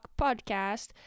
podcast